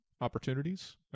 opportunities